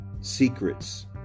secrets